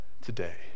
today